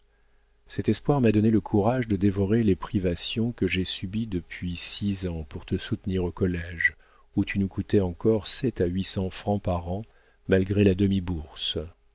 cet espoir m'a donné le courage de dévorer les privations que j'ai subies depuis six ans pour te soutenir au collége où tu nous coûtais encore sept à huit cents francs par an malgré la